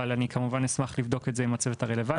אבל אני כמובן אשמח לבדוק את זה עם הצוות הרלוונטי.